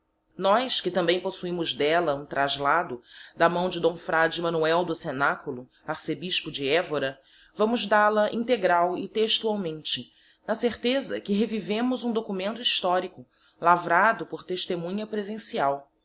nós que tambem possuimos d'ella um traslado da mão de d fr manoel do cenaculo arcebispo de évora vamos dal-a integral e textualmente na certeza que revivemos um documento historico lavrado por testemunha presencial